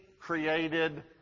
created